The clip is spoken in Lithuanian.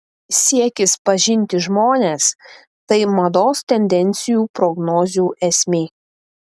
siekis pažinti žmones tai mados tendencijų prognozių esmė